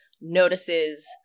notices